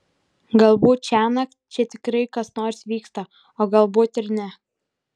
galbūt šiąnakt čia tikrai kas nors vyksta o galbūt ir ne